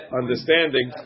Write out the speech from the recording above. understanding